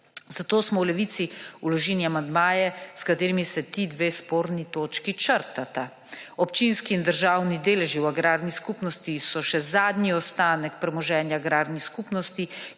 Zato smo v Levici vložili amandmaje, s katerimi se ti dve sporni točki črtata. Občinski in državni deleži v agrarni skupnosti so še zadnji ostanek premoženja agrarnih skupnosti,